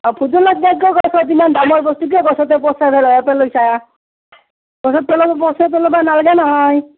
অঁ ভোট জলকীয়া কিয় গছত ইমান দামৰ বস্তুটো কিয় গছতে পঁচাই পেলাই পেলাইছা গছত পেলাব পঁচাই পেলাব নালাগে নহয়